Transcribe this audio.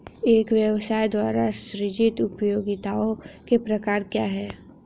एक व्यवसाय द्वारा सृजित उपयोगिताओं के प्रकार क्या हैं?